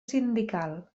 sindical